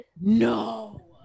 No